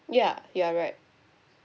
ya you're right